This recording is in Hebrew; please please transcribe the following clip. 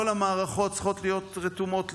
כל המערכות צריכות להיות רתומות לזה,